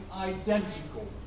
identical